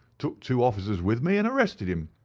took two officers with me, and arrested him.